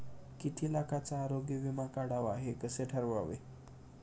किती लाखाचा आरोग्य विमा काढावा हे कसे ठरवावे?